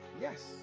Yes